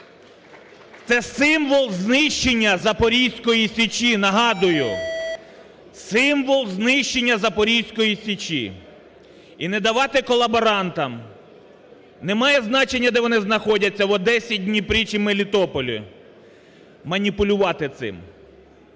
це символ знищення Запорізької Січі! Нагадую: символ знищення Запорізької Січі! І не давати колаборантам, немає значення де вони знаходяться, в Одесі, Дніпрі чи Мелітополі, маніпулювати цим